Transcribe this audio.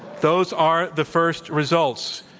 those are the first results.